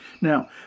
Now